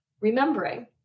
remembering